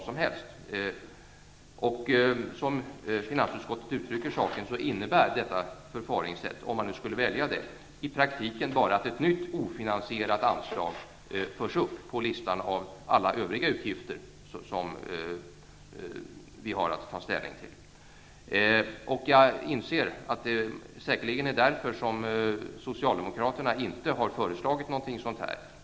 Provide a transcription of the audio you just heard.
Som finansutskottet uttrycker saken, innebär detta förfaringssätt, om man nu skulle välja det, i praktiken att ett nytt ofinansierat anslag förs upp på listan över alla övriga utgifter som vi har att ta ställning till. Jag inser att det säkerligen är därför som socialdemokraterna inte har föreslagit någonting sådant.